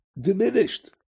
diminished